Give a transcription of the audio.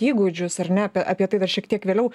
įgūdžius ar ne apie tai dar šiek tiek vėliau